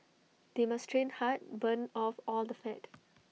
they must train hard burn off all the fat